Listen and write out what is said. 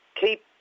keep